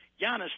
Giannis